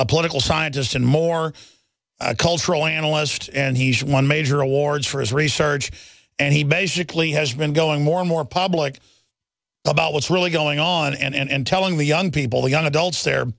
political scientist and more a cultural analyst and he's one major award for his research and he basically has been going more and more public about what's really going on and telling the young people the young adults there